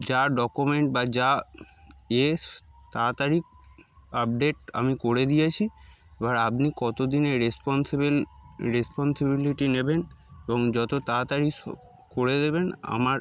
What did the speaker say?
যা ডকুমেন্ট বা যা এস তাড়াতাড়ি আপডেট আমি করে দিয়েছি এবার আপনি কত দিনের রেসপন্সিবল রেসপন্সিবিলিটি নেবেন এবং যত তাড়াতাড়ি করে দেবেন আমার